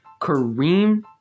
kareem